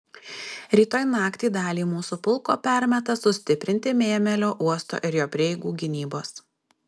rytoj naktį dalį mūsų pulko permeta sustiprinti mėmelio uosto ir jo prieigų gynybos